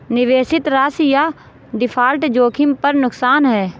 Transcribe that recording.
निवेशित राशि या डिफ़ॉल्ट जोखिम पर नुकसान है